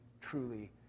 truly